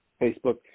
Facebook